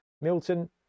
Milton